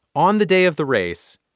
on the day of the race,